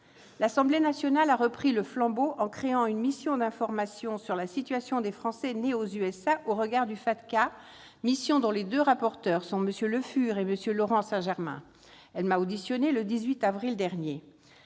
L'Assemblée nationale a repris le flambeau en créant une mission d'information sur la situation des Français nés aux États-Unis au regard du FATCA, dont les deux rapporteurs sont MM. Marc Le Fur et M. Laurent Saint-Martin. Elle m'a auditionnée le 18 avril dernier.